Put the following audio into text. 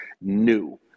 new